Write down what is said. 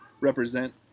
represent